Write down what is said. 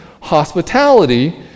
hospitality